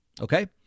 Okay